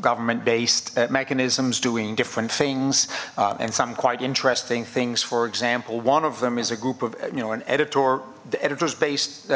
government based mechanisms doing different things and some quite interesting things for example one of them is a group of you know an editor the editors based